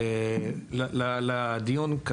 לדיון.